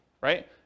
right